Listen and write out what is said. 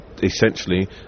essentially